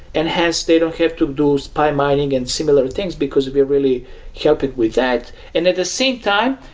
and hence, they don't have to do spy mining and similar things because we're really helping with that. and at the same time,